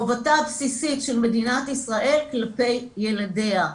חובתה הבסיסית של מדינת ישראל כלפי ילדיה.